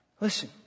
Listen